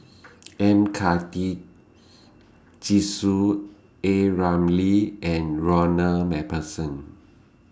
M Karthigesu A Ramli and Ronald MacPherson